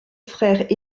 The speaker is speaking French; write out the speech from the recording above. frère